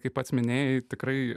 kaip pats minėjai tikrai